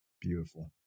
beautiful